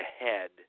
ahead